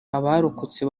abarokotse